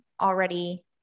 already